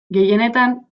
gehienetan